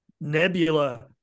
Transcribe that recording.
Nebula